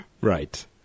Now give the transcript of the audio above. Right